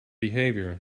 behavior